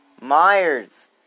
Myers